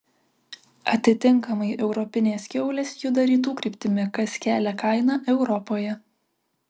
atitinkamai europinės kiaulės juda rytų kryptimi kas kelia kainą europoje